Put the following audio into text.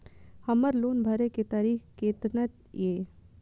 हमर लोन भरे के तारीख केतना ये?